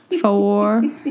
Four